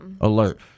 alert